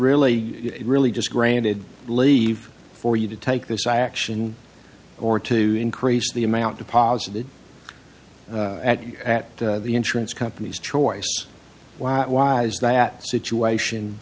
really really just granted leave for you to take this action or to increase the amount deposited at you at the insurance companies choice why not why is that situation